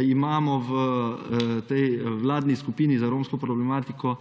In v tej vladni skupini za romsko problematiko imamo